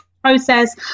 Process